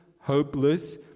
hopeless